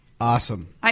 Awesome